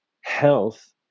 health